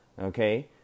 okay